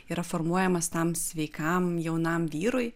yra formuojamas tam sveikam jaunam vyrui